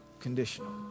conditional